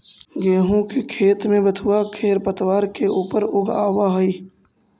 गेहूँ के खेत में बथुआ खेरपतवार के ऊपर उगआवऽ हई